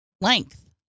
length